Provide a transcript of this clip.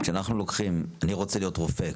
אני רוצה להיות רופא,